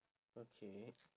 okay